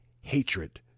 hatred